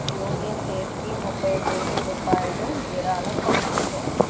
యూనిసెఫ్కి ముప్పై వేల రూపాయలు విరాళం పంపించుము